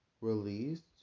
released